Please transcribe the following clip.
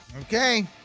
Okay